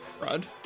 Rod